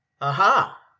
Aha